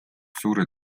suure